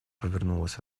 повернулась